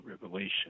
Revelation